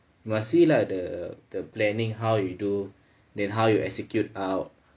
must see lah the the planning how you do then how you execute out